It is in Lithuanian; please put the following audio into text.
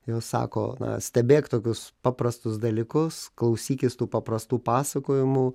jos sako stebėk tokius paprastus dalykus klausykis tų paprastų pasakojimų